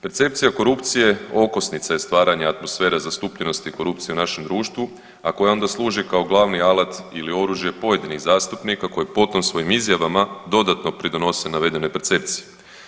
Percepcija korupcije okosnica je stvaranja atmosfere zastupljenosti korupcije u našem društvu, a koja onda služi kao glavni alat ili oružje pojedinih zastupnika koji po tom svojim izjavama dodatno pridonose navedenoj percepciji.